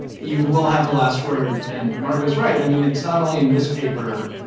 you will have the last word, and margot's right, i mean, it's not only in this paper,